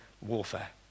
warfare